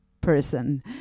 person